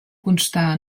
constar